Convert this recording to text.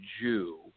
Jew